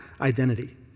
identity